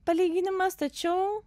palyginimas tačiau